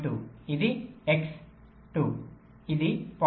2 ఇది x 2 ఇది 0